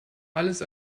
alles